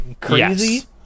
crazy